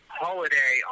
holiday